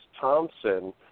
Thompson